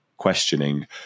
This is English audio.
questioning